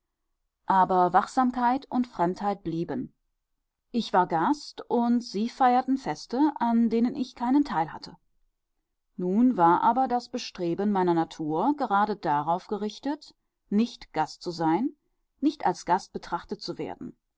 aber wachsamkeit und fremdheit blieben ich war gast und sie feierten feste an denen ich keinen teil hatte nun war aber das bestreben meiner natur gerade darauf gerichtet nicht gast zu sein nicht als gast betrachtet zu werden